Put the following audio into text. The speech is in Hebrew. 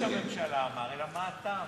לא מה ראש הממשלה אמר, אלא מה אתה אמרת.